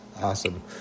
Awesome